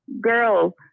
girl